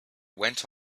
went